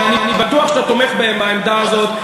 ואני בטוח שאתה תומך בעמדה הזאת,